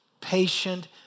patient